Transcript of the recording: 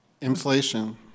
Inflation